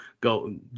go